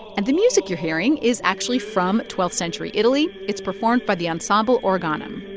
and the music you're hearing is actually from twelfth century italy. it's performed by the ensemble organum